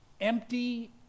empty